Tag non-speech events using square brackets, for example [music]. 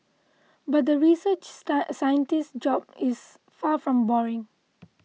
but the research [unintelligible] scientist's job is far from boring